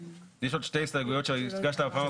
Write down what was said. יש עוד שתי הסתייגויות שהגשת בפעם הקודמת.